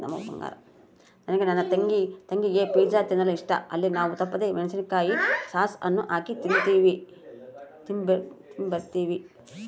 ನನಗೆ ನನ್ನ ತಂಗಿಗೆ ಪಿಜ್ಜಾ ತಿನ್ನಲು ಇಷ್ಟ, ಅಲ್ಲಿ ನಾವು ತಪ್ಪದೆ ಮೆಣಿಸಿನಕಾಯಿಯ ಸಾಸ್ ಅನ್ನು ಹಾಕಿ ತಿಂಬ್ತೀವಿ